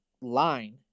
line